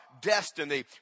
destiny